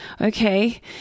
Okay